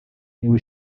ntewe